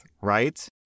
right